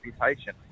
reputation